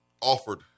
offered